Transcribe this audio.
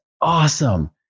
awesome